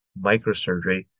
microsurgery